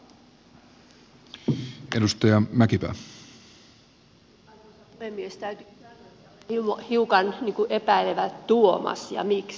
täytyy sanoa että olen hiukan niin kuin epäilevä tuomas ja miksi